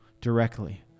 directly